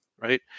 Right